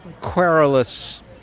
querulous